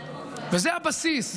וזה הבסיס,